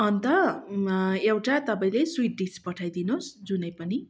अन्त एउटा तपाईँले स्विट डिस पठाइदिनुहोस् जुनै पनि